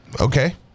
okay